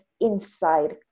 inside